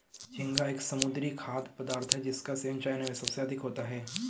झींगा एक समुद्री खाद्य पदार्थ है जिसका सेवन चाइना में सबसे अधिक होता है